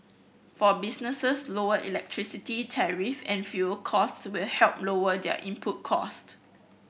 for businesses lower electricity tariff and fuel costs will help lower their input cost